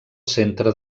centre